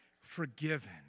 forgiven